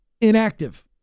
Inactive